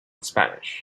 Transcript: spanish